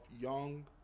young